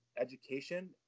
education